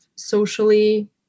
socially